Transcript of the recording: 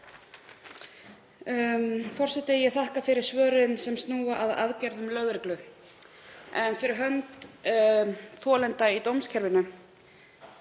Forseti. Ég þakka fyrir svörin er snúa að aðgerðum lögreglu. En fyrir hönd þolenda í dómskerfinu